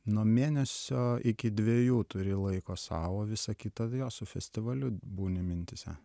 nuo mėnesio iki dvejų turi laiko sau o visą kitą jo su festivaliu būni mintyse